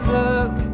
look